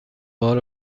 بار